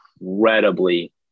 incredibly